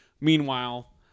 Meanwhile